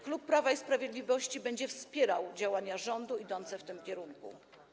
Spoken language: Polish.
Klub Prawo i Sprawiedliwość będzie wspierał działania rządu idące w tym kierunku.